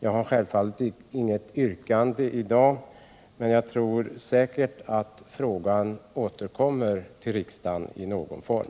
Jag har självfallet inte något yrkande i dag, men jag tror säkert att denna fråga återkommer till riksdagen i någon form.